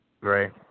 Right